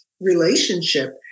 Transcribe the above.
relationship